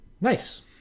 nice